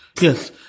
Yes